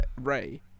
Ray